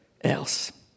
else